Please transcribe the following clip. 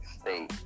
state